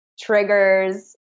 triggers